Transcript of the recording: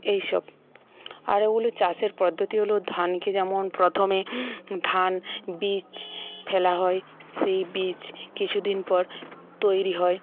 এইসব আর ওগুলো চাষের পদ্ধতি হল ধানকে যেমন প্রথমে ধান বীজ ফেলা হয় সেই বীজ কিছুদিন পর তৈরি হয়